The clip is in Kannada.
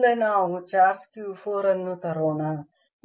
ಮುಂದೆ ನಾವು ಚಾರ್ಜ್ Q 4 ಅನ್ನು ತರೋಣ